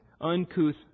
Uncouth